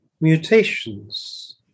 mutations